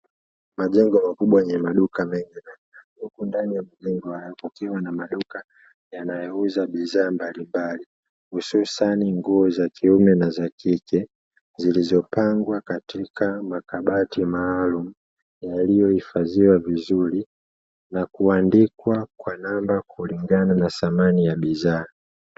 Majengo makubwa yenye maduka mengi, huku ndani ya majengo hayo kukiwa na maduka yanayouza bidhaa mbalimbali, hususa ni nguo za kiume na za kike, zilizopangwa katika makabati maalumu yaliyohifadhiwa vizuri na kuandikwa kwa namba kulingana na samani ya bidhaa.